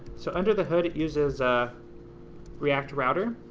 so under the hood it uses ah react router,